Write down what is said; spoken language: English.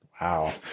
Wow